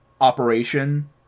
operation